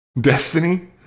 Destiny